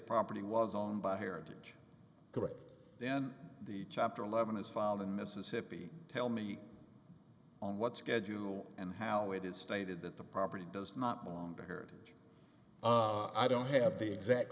property was on by heritage correct then the chapter eleven his filed in mississippi tell me on what's good jew and how it is stated that the property does not belong to heard of i don't have the exact